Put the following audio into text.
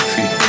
Feel